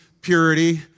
purity